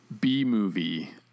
B-movie